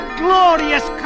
glorious